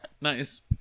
Nice